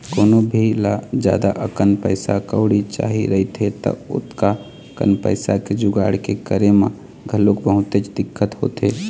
कोनो भी ल जादा अकन पइसा कउड़ी चाही रहिथे त ओतका कन पइसा के जुगाड़ के करे म घलोक बहुतेच दिक्कत होथे